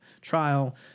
trial